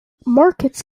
markets